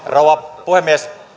rouva puhemies